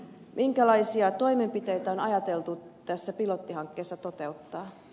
minkälaisia toimenpiteitä on ajateltu tässä pilottihankkeessa toteuttaa